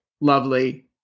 lovely